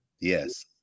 Yes